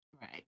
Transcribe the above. Right